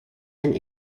and